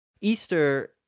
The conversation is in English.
Easter